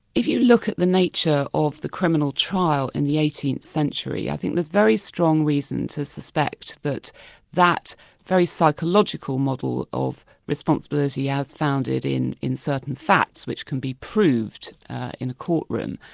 if you look at the nature of the criminal trial in the eighteenth century, i think there's very strong reason to suspect that that very psychological model of responsibility as founded in in certain facts, which can be proved in a courtroom,